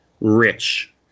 Rich